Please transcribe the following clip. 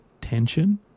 tension